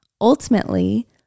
ultimately